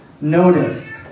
noticed